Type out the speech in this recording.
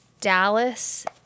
Dallas